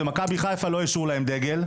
ומכבי חיפה לא אישרו דגל,